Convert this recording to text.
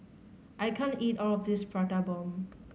I can't eat all of this Prata Bomb